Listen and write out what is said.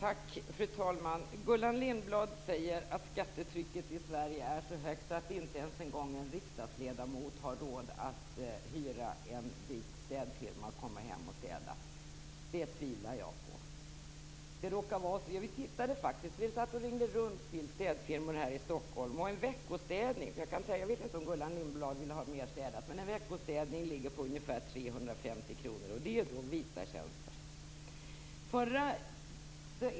Fru talman! Gullan Lindblad säger att skattetrycket i Sverige är så högt att inte ens en riksdagsledamot har råd att hyra en vit städfirma som kan komma hem och städa. Det tvivlar jag på. Vi satt faktiskt och ringde runt till städfirmor här i Stockholm. En veckostädning - jag vet inte om Gullan Lindblad vill ha mer städat - ligger på ungefär 350 kr. Då är det vita tjänster.